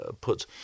put